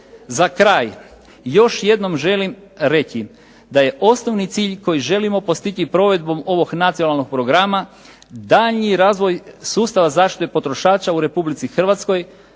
Za kraj, još jednom želim reći da je osnovni cilj koji želimo postići provedbom ovog nacionalnog programa daljnji razvoj sustava zaštite potrošača u Republici Hrvatskoj,